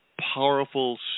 powerful